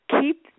keep